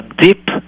deep